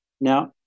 Now